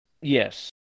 Yes